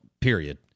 period